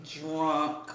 drunk